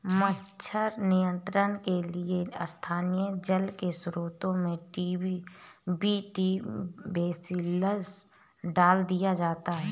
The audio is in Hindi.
मच्छर नियंत्रण के लिए स्थानीय जल के स्त्रोतों में बी.टी बेसिलस डाल दिया जाता है